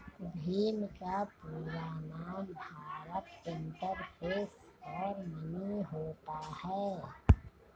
भीम का पूरा नाम भारत इंटरफेस फॉर मनी होता है